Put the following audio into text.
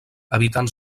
evitant